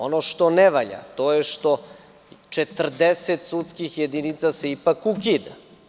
Ono što ne valja, to je što 40 sudskih jedinica se ipak ukida.